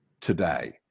today